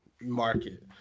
market